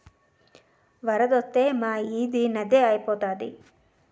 వరదొత్తే మా ఈది నదే ఐపోతాది